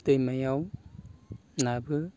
दैमायाव नाबो